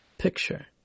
picture